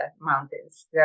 mountains